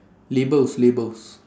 labels labels